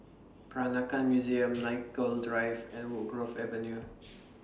Peranakan Museum Nicoll Drive and Woodgrove Avenue